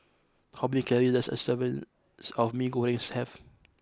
how many calories does a serving of Mee Goreng have